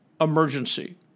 emergency